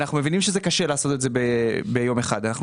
אנחנו מבינים שקשה לעשות את זה ביום אחד; אנחנו